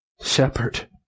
Shepherd